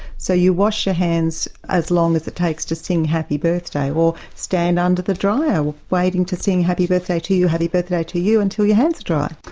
so you wash your hands as long as it takes to sing happy birthday or stand under the dryer waiting to sing happy birthday to you, happy birthday to you until your hand's dry.